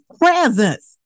presence